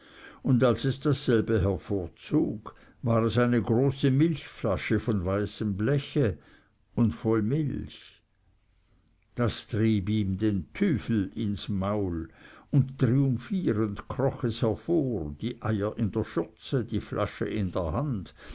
und als es dasselbe hervorzog war es eine große milchflasche von weißem bleche und voll milch das trieb ihm den tüfel ins maul und triumphierend kroch es hervor die eier in der schürze die flasche in der hand